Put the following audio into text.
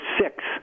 six